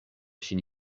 ŝin